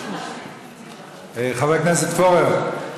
חבר הכנסת פורר,